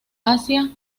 asia